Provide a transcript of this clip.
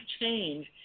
change